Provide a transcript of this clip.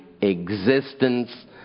existence